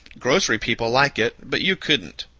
grocery people like it, but you couldn't.